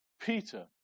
Peter